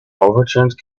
overturned